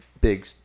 big